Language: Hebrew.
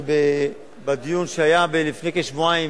ובדיון שהיה לפני כשבועיים